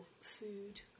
food